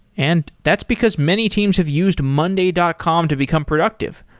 and that's because many teams have used monday dot com to become productive.